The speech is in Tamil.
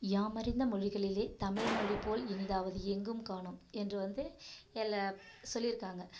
யாமறிந்த மொழிகளிலே தமிழ் மொழி போல் இனிதாவது எங்கும் காணோம் என்று வந்து எல்ல சொல்லியிருக்காங்க